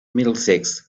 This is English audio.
middlesex